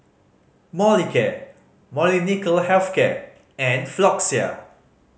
Molicare Molnylcke Health Care and Floxia